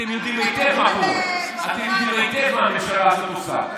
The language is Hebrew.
אתם יודעים היטב מה הממשלה הזאת עושה.